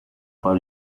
far